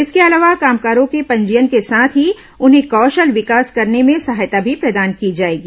इसके अलावा कामगारों के पंजीयन के साथ ही उन्हें कौशल विकास करने में सहायता भी प्रदान की जाएगी